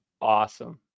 awesome